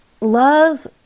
love